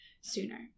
sooner